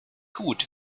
gut